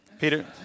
Peter